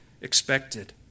expected